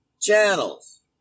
channels